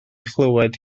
chlywed